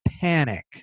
panic